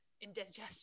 indigestion